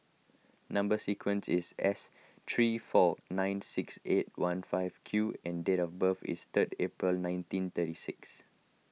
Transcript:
Number Sequence is S three four nine six eight one five Q and date of birth is third April nineteen thirty six